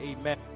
amen